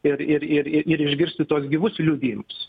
ir ir ir išgirsti tuos gyvus liudijimus